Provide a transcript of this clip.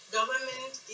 government